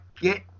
get